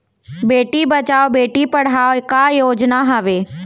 बेटी बचाओ बेटी पढ़ाओ का योजना हवे?